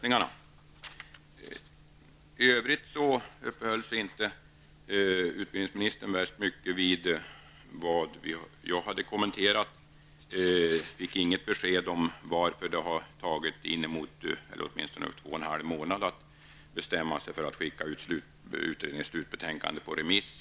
I övrigt uppehöll sig utbildningsministern inte så mycket vid mina kommentarer. Jag fick inget besked om varför det har tagit drygt två och en halv månad att bestämma sig för att skicka ut slutbetänkandet på remiss.